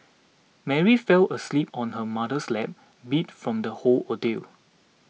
Mary fell asleep on her mother's lap beat from the whole ordeal